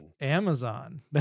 Amazon